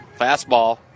Fastball